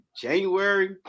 January